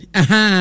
aha